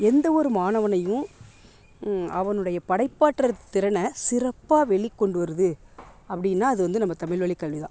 எந்த ஒரு மாணவனையும் அவனுடைய படைப்பாற்றல் திறனை சிறப்பாக வெளிக் கொண்டு வருவது அப்படினா அது வந்து நம்ப தமிழ் வழிக் கல்வி தான்